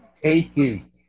taking